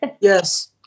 yes